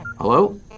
Hello